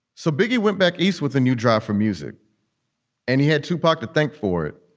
so biggie went back east with a new draft for music and he had to pack to thank for it.